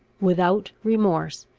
without remorse,